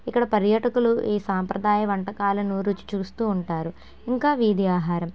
ఇక్కడ పర్యాటకులు ఈ సాంప్రదాయ వంటకాలను రుచి చూస్తూ ఉంటారు ఇంకా వీరి ఆహారం